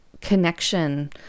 connection